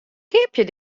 keapje